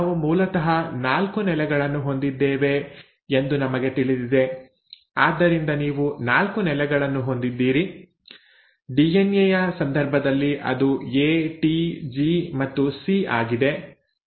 ನಾವು ಮೂಲತಃ 4 ನೆಲೆಗಳನ್ನು ಹೊಂದಿದ್ದೇವೆ ಎಂದು ನಮಗೆ ತಿಳಿದಿದೆ ಆದ್ದರಿಂದ ನೀವು 4 ನೆಲೆಗಳನ್ನು ಹೊಂದಿದ್ದೀರಿ ಡಿಎನ್ಎ ಯ ಸಂದರ್ಭದಲ್ಲಿ ಅದು ಎ ಟಿ ಜಿ ಮತ್ತು ಸಿ ಆಗಿದೆ